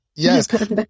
Yes